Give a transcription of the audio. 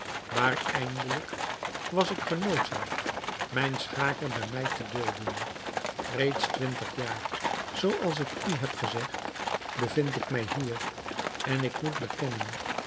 maar eindelijk was ik genoodzaakt mijn schaker bij mij te dulden reeds twintig jaar zoo als ik u heb gezegd bevind ik mij hier en ik moet bekennen